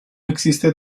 existe